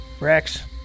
Rex